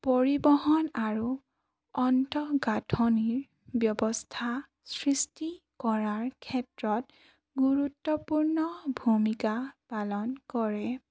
পৰিবহণ আৰু অন্তঃগাঁথনিৰ ব্যৱস্থা সৃষ্টি কৰাৰ ক্ষেত্ৰত গুৰুত্বপূৰ্ণ ভূমিকা পালন কৰে